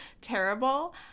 terrible